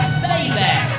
baby